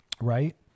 right